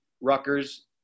Rutgers